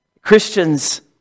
Christians